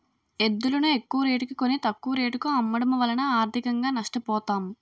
ఎద్దులును ఎక్కువరేటుకి కొని, తక్కువ రేటుకు అమ్మడము వలన ఆర్థికంగా నష్ట పోతాం